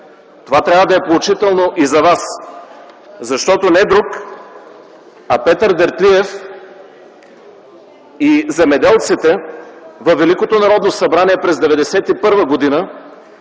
Това трябва да е поучително и за Вас! Защото не друг, а Петър Дертлиев и земеделците във Великото Народно събрание през 1991 г.